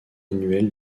annuel